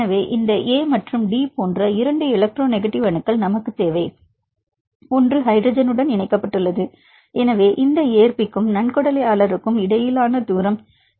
எனவே இந்த A மற்றும் D போன்ற இரண்டு எலக்ட்ரோநெக்டிவ் அணுக்கள் நமக்கு தேவை ஒன்று ஹைட்ரஜனுடன் இணைக்கப்பட்டுள்ளது எனவே இந்த ஏற்பிக்கும் நன்கொடையாளருக்கும் இடையிலான தூரம் இது சுமார் 2